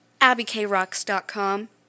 abbykrocks.com